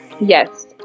Yes